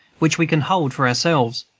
which we can hold for ourselves.